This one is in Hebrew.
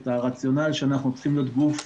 הרציונאל שאנחנו צריכים להיות גוף